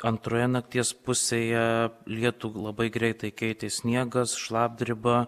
antroje nakties pusėje lietų labai greitai keitė sniegas šlapdriba